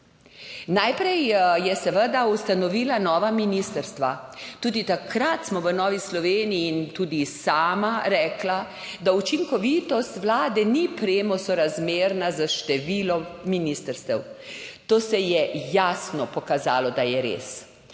Najprej je seveda ustanovila nova ministrstva. Tudi takrat smo v Novi Sloveniji in tudi sama rekla, da učinkovitost vlade ni premosorazmerna s številom ministrstev. To se je jasno pokazalo, da je res.